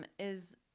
um is